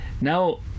Now